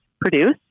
produce